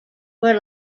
were